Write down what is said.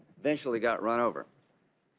eventually got run over.